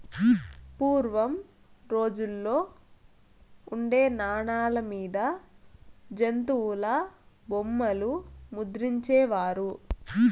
పూర్వం రోజుల్లో ఉండే నాణాల మీద జంతుల బొమ్మలు ముద్రించే వారు